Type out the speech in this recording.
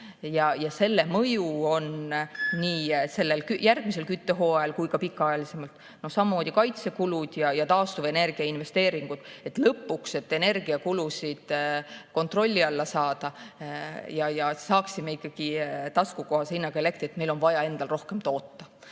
Selle mõju on nii järgmisel küttehooajal kui ka pikemat aega. Samamoodi kaitsekulud ja taastuvenergia investeeringud. Lõpuks, et energiakulusid kontrolli alla saada ja et saaksime ikkagi taskukohase hinnaga elektrit, meil on vaja endal rohkem toota.